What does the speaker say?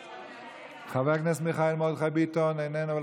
חבר הכנסת מיכאל מרדכי ביטון איננו,